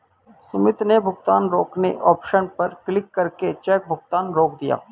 सुमित ने भुगतान रोके ऑप्शन पर क्लिक करके चेक भुगतान रोक दिया